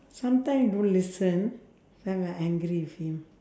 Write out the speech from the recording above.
sometime don't listen then I'll angry with him